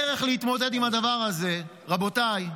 הדרך להתמודד עם הדבר הזה, רבותיי,